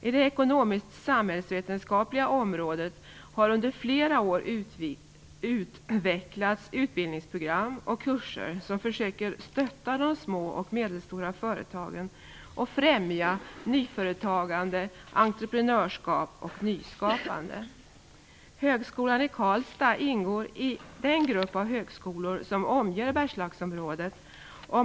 På det ekonomisk-samhällsvetenskapliga området har under flera år utvecklats utbildningsprogram och kurser för att försöka stötta de små och medelstora företagen samt främja nyföretagande entreprenörskap och nyskapande. Högskolan i Karlstad ingår i den grupp av högskolor som omger Bergslagsområdet.